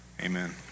Amen